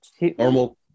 normal